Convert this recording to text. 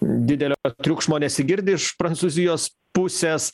didelio triukšmo nesigirdi iš prancūzijos pusės